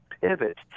pivot